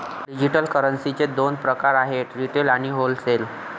digital करन्सीचे दोन प्रकार आहेत रिटेल आणि होलसेल